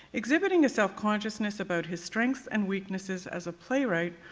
exhibiting a self-consciousness about his strengths and weaknesses as a playwright,